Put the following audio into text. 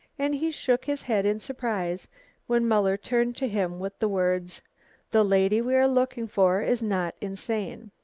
and he shook his head in surprise when muller turned to him with the words the lady we are looking for is not insane.